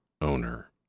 owner